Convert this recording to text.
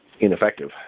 ineffective